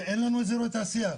ואין לנו אזורי תעשיה.